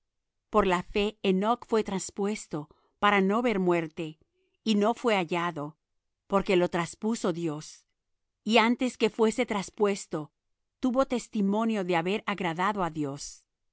por la fe enoc fué traspuesto para no ver muerte y no fué hallado porque lo traspuso dios y antes que fuese traspuesto tuvo testimonio de haber agradado á dios